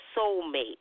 soulmate